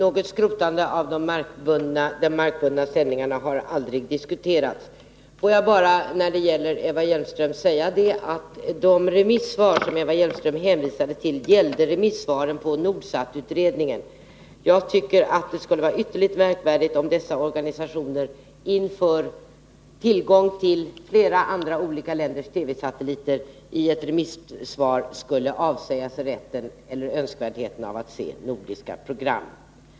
Herr talman! Något skrotande av de markbundna sändningarna har aldrig diskuterats. De remissvar som Eva Hjelmström hänvisade till gällde Nordsatutredningen. Det skulle vara ytterligt märkvärdigt om dessa organisationer — inför möjligheten att få tillgång till flera olika länders TV-satelliter — i ett remissvar skulle avsäga sig möjligheten att se nordiska program.